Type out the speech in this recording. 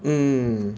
mm